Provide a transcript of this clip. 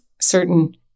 certain